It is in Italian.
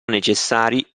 necessari